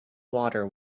water